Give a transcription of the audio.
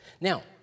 Now